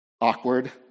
awkward